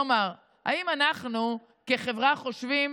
כלומר, האם אנחנו כחברה חושבים